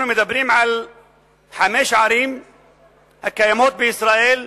אנחנו מדברים על חמש ערים הקיימות בישראל,